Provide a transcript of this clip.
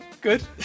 Good